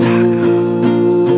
Tacos